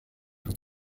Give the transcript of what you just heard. vous